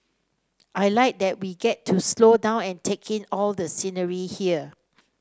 I like that we get to slow down and take in all the scenery here